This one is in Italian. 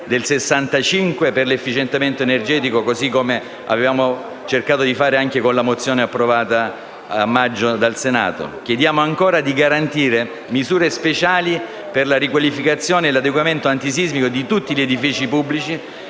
cento per l'efficientamento energetico, così come abbiamo cercato di fare anche con la mozione approvata a maggio dal Senato. Chiediamo inoltre di garantire misure speciali per la riqualificazione e l'adeguamento antisismico di tutti gli edifici pubblici,